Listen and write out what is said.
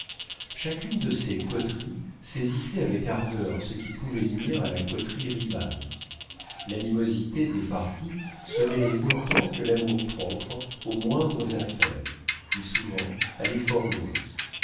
chacune de ces coteries saisissait avec ardeur ce qui pouvait nuire à la coterie rivale l'animosité des partis se mêlait autant que l'amour-propre aux moindres affaires qui souvent allaient fort loin